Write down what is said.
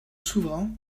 souverain